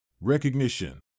Recognition